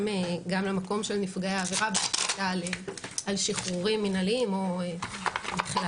למקום של נפגעי העבירה בחקיקה לשחרורים מינהליים או בכלל.